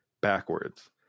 backwards